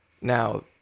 Now